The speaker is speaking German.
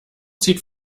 zieht